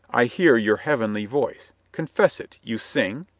i hear your heavenly voice. confess it, you sing?